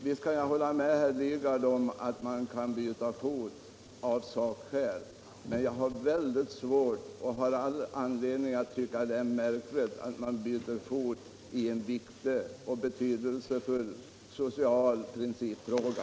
Visst kan jag hålla med herr Lidgard om att man kan byta fot av sakskäl, men jag har all anledning tycka att det är märkligt att byta fot i en viktig och betydelsefull social principfråga.